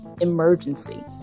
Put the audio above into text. emergency